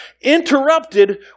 interrupted